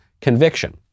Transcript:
conviction